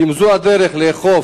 2. אם כן, האם זו הדרך לאכוף